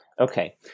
Okay